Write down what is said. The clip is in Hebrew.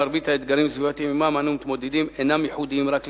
מרבית האתגרים הסביבתיים שעמם אנו מתמודדים אינם ייחודיים רק לישראל,